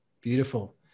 beautiful